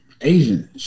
Asian